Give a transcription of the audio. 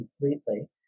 completely